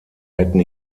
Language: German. hätten